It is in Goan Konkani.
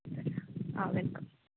आं वॅलकम